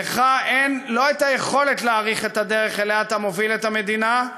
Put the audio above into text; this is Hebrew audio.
לך אין לא יכולת להעריך את הדרך שבה אתה מוביל את המדינה,